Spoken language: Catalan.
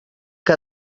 que